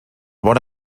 vora